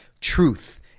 truth